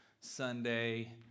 Sunday